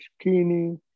skinny